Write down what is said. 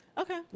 Okay